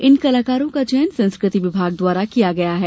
इन कलाकारों का चयन संस्कृति विभाग द्वारा किया गया है